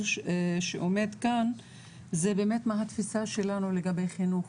שעומד כאן זה באמת מה התפיסה שלנו לגבי חינוך,